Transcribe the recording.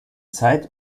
zeit